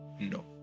No